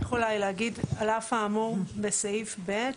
צריך אולי להגיד על אף האמור בסעיף (ב),